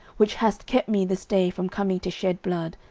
which hast kept me this day from coming to shed blood,